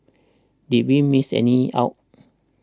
did we miss any out